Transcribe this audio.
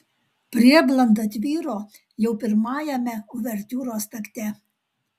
prieblanda tvyro jau pirmajame uvertiūros takte